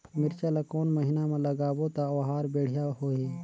मिरचा ला कोन महीना मा लगाबो ता ओहार बेडिया होही?